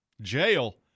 Jail